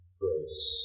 grace